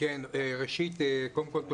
קודם כל,